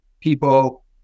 people